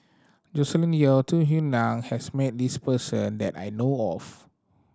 Joscelin Yeo Tung Yue Nang has met this person that I know of